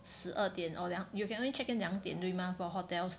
十二点 or 两 you can only check in 两点对吗 for hotels